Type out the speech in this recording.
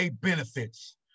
benefits